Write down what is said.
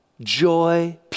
joy